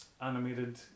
animated